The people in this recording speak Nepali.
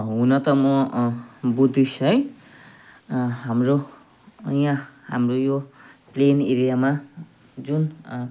हुन त म बुद्धिस्ट है हाम्रो यहाँ हाम्रो यो प्लेन एरियामा जुन